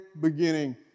beginning